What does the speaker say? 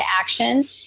action